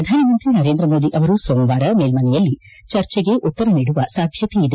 ಪ್ರಧಾನಮಂತ್ರಿ ನರೇಂದ್ರ ಮೋದಿ ಅವರು ಸೋಮವಾರ ಮೇಲ್ಮನೆಯಲ್ಲಿ ಚರ್ಚೆಗೆ ಉತ್ತರ ನೀಡುವ ಸಾಧ್ಯತೆ ಇದೆ